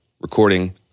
recording